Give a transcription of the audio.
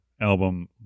album